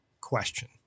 question